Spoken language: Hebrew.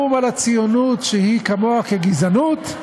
האו"ם על הציונות שהיא כמוה כגזענות.